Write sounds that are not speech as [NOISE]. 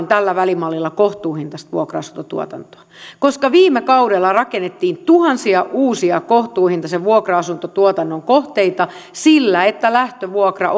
[UNINTELLIGIBLE] tällä välimallilla kohtuuhintaista vuokra asuntotuotantoa koska viime kaudella rakennettiin tuhansia uusia kohtuuhintaisia vuokra asuntotuotannon kohteita sillä että lähtövuokra [UNINTELLIGIBLE]